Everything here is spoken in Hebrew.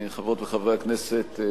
חברות וחברי הכנסת,